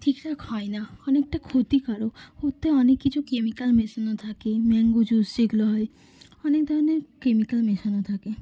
ঠিক ঠাক হয় না অনেকটা ক্ষতিকারক ওতে অনেক কিছু কেমিক্যাল মেশানো থাকে ম্যাঙ্গো জুস যেগুলো হয় অনেক ধরনের কেমিক্যাল মেশানো থাকে